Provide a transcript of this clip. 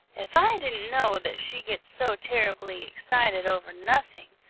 if i didn't know that she gets so terribly excited over nothing,